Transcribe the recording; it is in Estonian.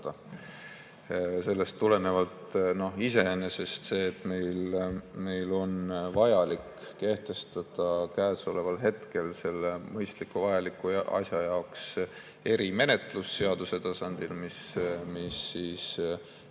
Sellest tulenevalt iseenesest see, et meil on vaja kehtestada käesoleval hetkel selle mõistliku, vajaliku asja jaoks erimenetlus seaduse tasandil, mis piirab